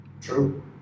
True